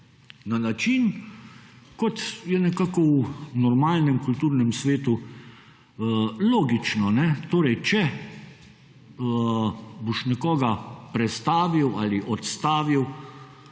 na način, kot je nekako v normalnem kulturnem svetu logično. Torej, če boš nekoga prestavil ali odstavil,